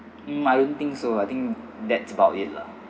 mm I don't think so I think that's about it lah